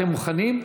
אתם מוכנים?